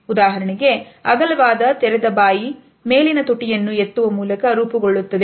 ಉದಾಹರಣೆಗೆ ಅಗಲವಾದ ತೆರೆದ ಬಾಯಿ ಮೇಲಿನ ತುಟಿಯನ್ನು ಎತ್ತುವ ಮೂಲಕ ರೂಪುಗೊಳ್ಳುತ್ತದೆ